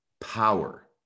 power